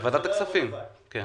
זאת אומרת,